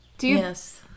Yes